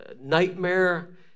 nightmare